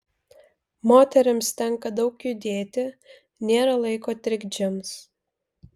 moterims tenka daug judėti nėra laiko trikdžiams